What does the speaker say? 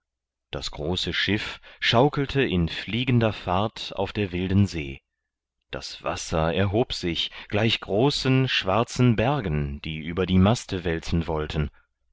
das große schiff schaukelte in fliegender fahrt auf der wilden see das wasser erhob sich gleich großen schwarzen bergen die über die maste wälzen wollten